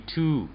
Two